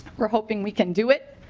are hoping we can do it.